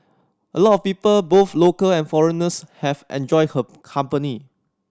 a lot of people both local and foreigners have enjoyed her company